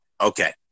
Okay